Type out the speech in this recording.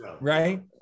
right